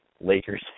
Lakers